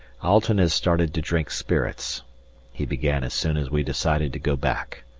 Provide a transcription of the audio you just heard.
alten has started to drink spirits he began as soon as we decided to go back.